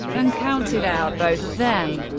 and counted out both of them.